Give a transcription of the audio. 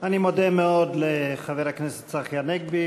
אני מודה מאוד לחבר הכנסת צחי הנגבי,